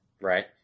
Right